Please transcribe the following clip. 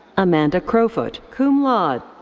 amanda crofoot, cum laude.